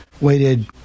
Waited